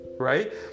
right